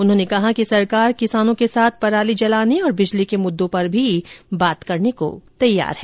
उन्होंने कहा कि सरकार किसानों के साथ पराली जलाने और बिजली के मुद्दों पर भी बात करने को तैयार है